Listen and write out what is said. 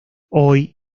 hoy